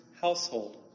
household